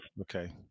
Okay